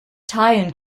tian